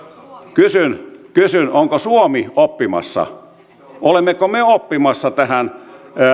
kysyn kysyn onko suomi oppimassa olemmeko me oppimassa tähän